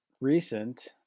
recent